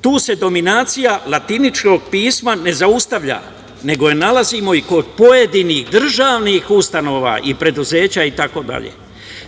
tu se dominacija latiničnog pisma ne zaustavlja, nego je nalazimo i kod pojedinih državnih ustanova i preduzeća itd.